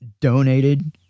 donated